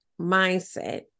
mindset